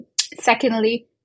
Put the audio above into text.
secondly